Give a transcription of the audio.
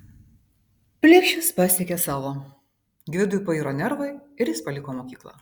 plikšis pasiekė savo gvidui pairo nervai ir jis paliko mokyklą